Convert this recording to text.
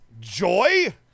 joy